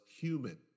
Human